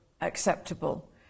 acceptable